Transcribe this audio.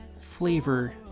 flavor